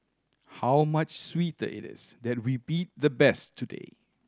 how much sweeter it is that we beat the best today